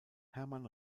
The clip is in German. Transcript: hermann